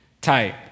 type